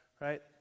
right